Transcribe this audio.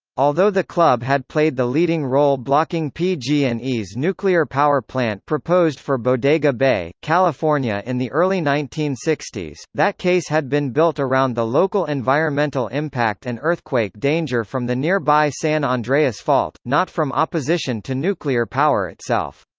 although the club had played the leading role blocking pg and e's nuclear power plant proposed for bodega bay, california in the early nineteen sixty s, that case had been built around the local environmental impact and earthquake danger from the nearby san andreas fault, not from opposition to nuclear power itself.